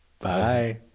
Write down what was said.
Bye